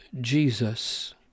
Jesus